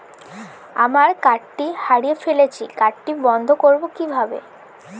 আমার কার্ডটি হারিয়ে ফেলেছি কার্ডটি বন্ধ করব কিভাবে?